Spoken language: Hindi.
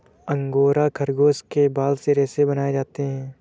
अंगोरा खरगोश के बाल से रेशे बनाए जाते हैं